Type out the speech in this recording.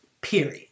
period